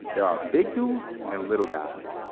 there are big dudes and little guys,